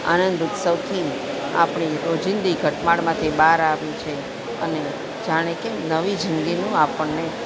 આનંદ ઉત્સવથી આપણી રોજીંદી ઘટમાળમાંથી બહાર આવી છીએ અને જાણે કે નવી જિંદગીનું આપણને